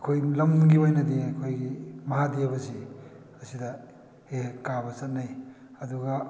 ꯑꯩꯈꯣꯏ ꯂꯝꯒꯤ ꯑꯣꯏꯅꯗꯤ ꯑꯩꯈꯣꯏꯒꯤ ꯃꯍꯥꯗꯦꯕꯁꯤ ꯑꯁꯤꯗ ꯍꯦꯛ ꯍꯦꯛ ꯀꯥꯕ ꯆꯠꯅꯩ ꯑꯗꯨꯒ